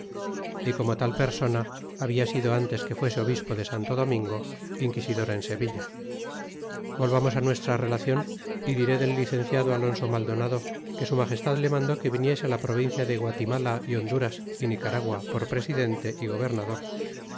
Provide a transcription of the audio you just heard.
y como tal persona habia sido antes que fuese obispo de santo domingo inquisidor en sevilla volvamos nuestra relarion y diré del licenciado alonso maldonado que su magestad le mandó que viniese la provincia de guatimala é honduras ó nicaragua por presidente y gobernador